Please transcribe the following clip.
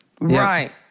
right